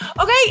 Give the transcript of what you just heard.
Okay